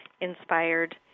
inspired